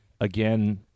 again